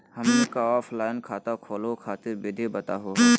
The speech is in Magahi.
हमनी क ऑफलाइन खाता खोलहु खातिर विधि बताहु हो?